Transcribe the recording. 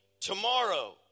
tomorrow